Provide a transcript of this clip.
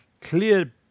clear